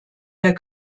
der